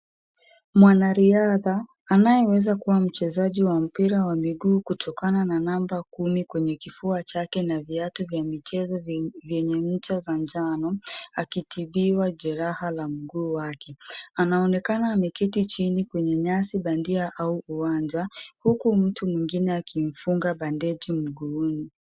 Mwanariadha, anayeweza kuwa mchezaji wa mpira wa miguu kutokana na namba kumi kwenye kifua chake na viatu vya michezo vyenye ncha za njano akitibiwa jeraha la mguu wake. Anaonekana ameketi chini kwenye nyasi bandia au uwanja huku mtu mwingine akimfunga bandeji mguuni.